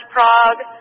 Prague